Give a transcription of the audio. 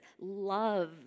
Love